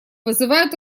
вызывают